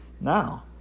now